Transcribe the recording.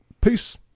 Peace